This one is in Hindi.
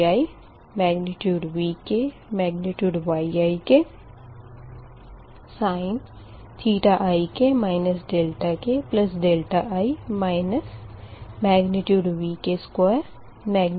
sin ik ki Vk